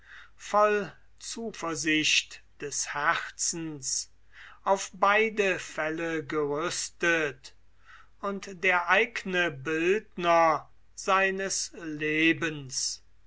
voll zuversicht des herzens auf beide fälle gerüstet und der eigne bildner seines lebens